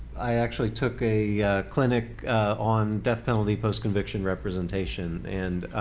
i actually took a clinic on death penalty post-conviction representation. and